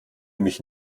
mich